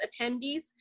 attendees